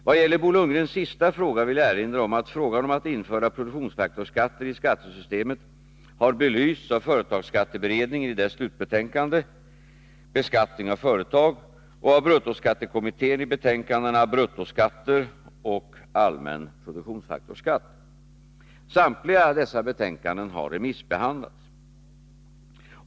Vad gäller Bo Lundgrens sista fråga vill jag erinra om att frågan om att införa produktionsfaktorsskatter i skattesystemet har belysts av företagsskatteberedningen i dess slutbetänkande Beskattning av företag, och av bruttoskattekommittén i betänkanden Bruttoskatter och Allmän produktionsfaktorskatt. Samtliga dessa betänkanden har remissbehandlats.